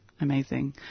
Amazing